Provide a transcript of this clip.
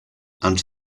and